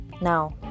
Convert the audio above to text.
Now